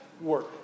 work